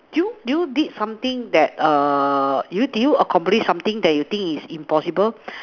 do you do you did something that err did you did you accomplish something that you think is impossible